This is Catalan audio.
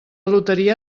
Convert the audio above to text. loteria